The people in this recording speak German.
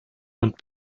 und